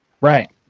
Right